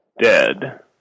Dead